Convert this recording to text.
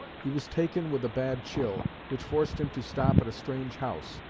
he was taken with a bad chill, which forced him to stop at a strange house,